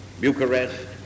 Bucharest